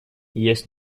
есть